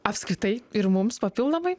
apskritai ir mums papildomai